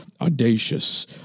Audacious